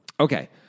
Okay